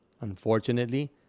Unfortunately